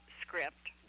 script